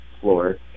floor